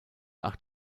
acht